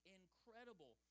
incredible